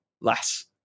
less